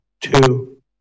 two